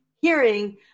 hearing